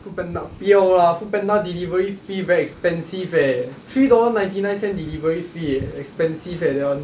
foodpanda 不要 lah foodpanda delivery fee very expensive eh three dollar ninety nine cent delivery fee eh expensive leh that [one]